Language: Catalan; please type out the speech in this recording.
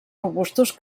robustos